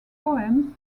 poems